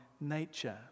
nature